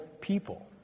people